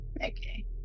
Okay